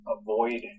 avoid